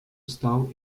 vstal